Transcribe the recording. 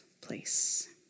place